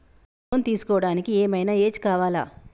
Loan తీస్కోవడానికి ఏం ఐనా ఏజ్ కావాలా?